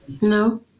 no